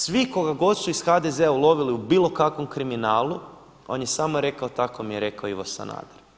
Svi koga god su iz HDZ-a ulovili u bilo kakvom kriminalu on je samo rekao tako mi je rekao Ivo Sanader.